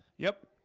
yep,